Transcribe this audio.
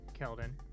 Keldon